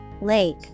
lake